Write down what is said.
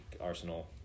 Arsenal